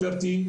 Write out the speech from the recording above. גברתי,